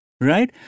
Right